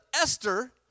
Esther